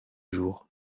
jours